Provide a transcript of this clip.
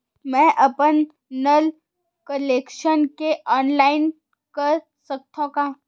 मैं अपन नल कनेक्शन के ऑनलाइन कर सकथव का?